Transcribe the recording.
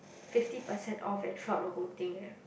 fifty percent off eh throughout the whole thing eh